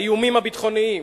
האיומים הביטחוניים,